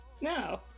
No